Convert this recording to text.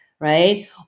Right